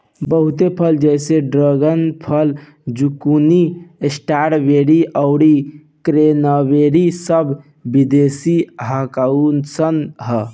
बहुत फल जैसे ड्रेगन फल, ज़ुकूनी, स्ट्रॉबेरी आउर क्रेन्बेरी सब विदेशी हाउअन सा